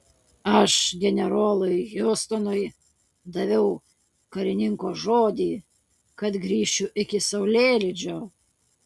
aš generolui hiustonui daviau karininko žodį kad grįšiu iki saulėlydžio